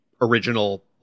original